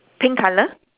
pink colour